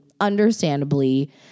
understandably